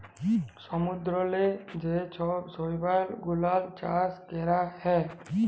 সমুদ্দূরেল্লে যে ছব শৈবাল গুলাল চাষ ক্যরা হ্যয়